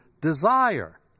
desire